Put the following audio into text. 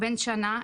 בן שנה,